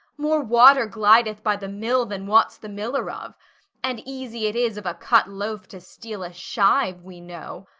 more water glideth by the mill than wots the miller of and easy it is of a cut loaf to steal a shive, we know.